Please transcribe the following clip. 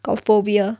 got phobia